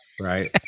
Right